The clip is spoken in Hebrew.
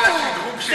על השדרוג שלה.